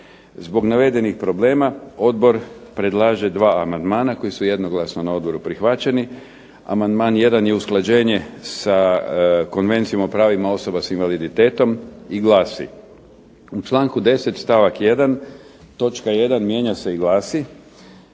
Zbog navedenih problema odbor predlaže dva amandmana koja su jednoglasno na odboru prihvaćeni. Amandman jedan je usklađenje sa Konvencijom o pravima osoba sa invaliditetom i glasi: "U članku 10. stavak 1. točka 1. mijenja se i glasi: